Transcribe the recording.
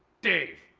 dave!